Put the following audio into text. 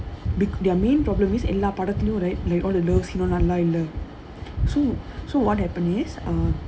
be~ their main problem is எல்லா படத்துலயும்:ellaa padathulayum right like all the so so what happiness is uh